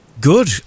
good